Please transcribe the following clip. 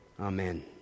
Amen